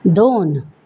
दोन